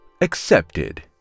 accepted